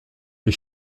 est